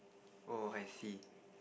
oh I see